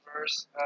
verse